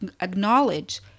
acknowledge